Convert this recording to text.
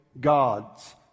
gods